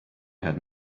had